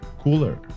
cooler